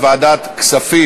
לוועדת הכספים